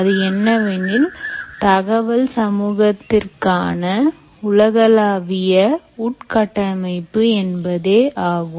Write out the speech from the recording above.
அது என்னவெனில் தகவல் சமூகத்திற்கான உலகளாவிய உட்கட்டமைப்பு என்பதே ஆகும்